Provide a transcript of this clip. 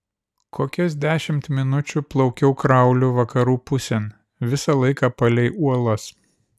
kokias dešimt minučių plaukiau krauliu vakarų pusėn visą laiką palei uolas